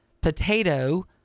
potato